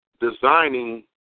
designing